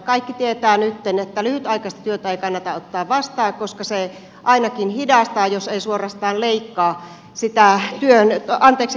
kaikki tietävät nyt että lyhytaikaista työtä ei kannata ottaa vastaan koska se ainakin hidastaa jos ei suorastaan leikkaa sitä työttömyysturvaa